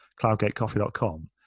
cloudgatecoffee.com